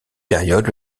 période